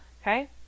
Okay